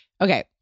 Okay